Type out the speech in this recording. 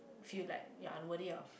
feel like your unworthy of